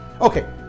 Okay